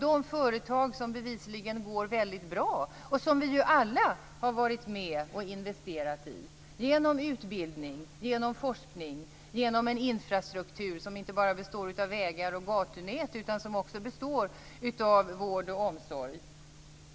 De företag som bevisligen går väldigt bra och som vi ju alla har varit med och investerat i genom utbildning, genom forskning och genom en infrastruktur som inte bara består av vägar och gatunät utan som också består av vård och omsorg.